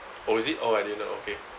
oh is it oh I didn't know okay